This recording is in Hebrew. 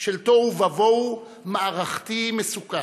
של תוהו ובוהו מערכתי ומסוכן.